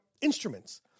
instruments